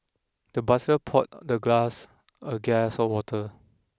the butler poured the glass a guest of water